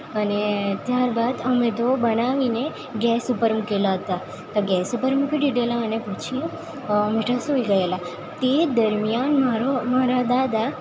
અને ત્યાર બાદ અમે તો બનાવીને ગેસ ઉપર મૂકેલાં હતાં તો ગેસ ઉપર મૂકી દીધેલાં અને પછી બધાં સૂઈ ગયેલાં તે દરમ્યાન મારા મારા દાદા